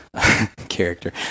Character